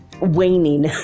waning